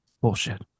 Bullshit